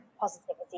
positivity